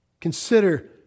Consider